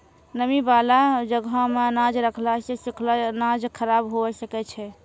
नमी बाला जगहो मे अनाज रखला से सुखलो अनाज खराब हुए सकै छै